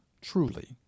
truly